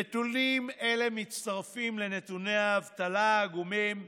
נתונים אלה מצטרפים לנתוני האבטלה העגומים,